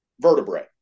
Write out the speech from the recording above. vertebrae